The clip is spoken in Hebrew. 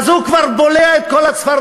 ואז הוא כבר בולע את כל הצפרדעים.